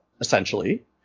essentially